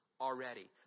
already